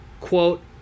quote